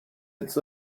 its